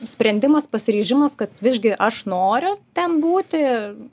sprendimas pasiryžimas kad višgi aš noriu ten būti